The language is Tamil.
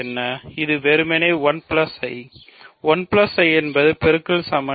இது வெறுமனே 1 I 1 I என்பது பெருக்கல் சமணி